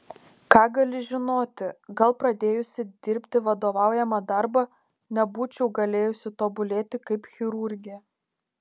ką gali žinoti gal pradėjusi dirbti vadovaujamą darbą nebūčiau galėjusi tobulėti kaip chirurgė